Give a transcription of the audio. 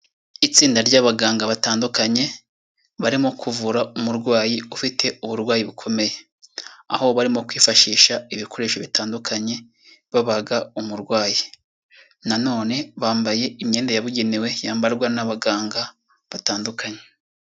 Itsinda ry'abaganga batandukanye barimo kuvura umurwayi ufite uburwayi bukomeye, aho barimo kwifashisha ibikoresho bitandukanye babaga umurwayi, nanone bambaye imyenda yabugenewe yambarwa n'abaganga batandukanye.